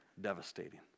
devastating